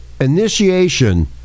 initiation